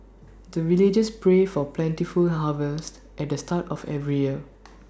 the villagers pray for plentiful harvest at the start of every year